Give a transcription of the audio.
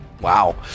Wow